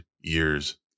years